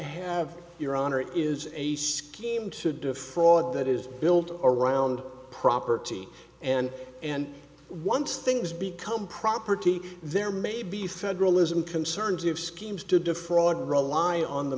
have your honor is a scheme to defraud that is built around property and and once things become property there may be federalism concerns of schemes to defraud rely on the